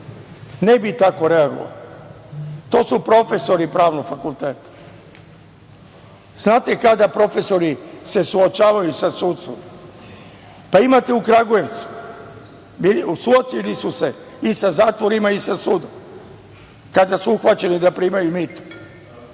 ne bi tako reagovalo, to su profesori Pravnog fakulteta, znate kada profesori se suočavaju sa sudstvom, pa imate u Kragujevcu, suočili su se i sa zatvorima i sa sudom, kada su uhvaćeni da primaju mito